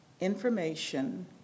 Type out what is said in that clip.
information